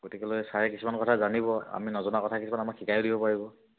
গতিকেলৈ ছাৰে কিছুমান কথা জানিব আমি নজনা কথা কিছুমান আমাক শিকাইও দিব পাৰিব